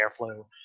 airflow